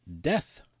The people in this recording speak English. Death